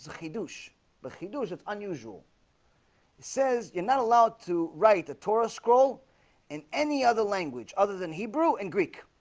he douche but he knows it's unusual it says you're not allowed to write a torah scroll in any other language other than hebrew and greek